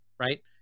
right